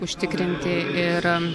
užtikrinti ir